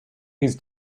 his